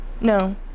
No